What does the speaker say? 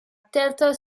tête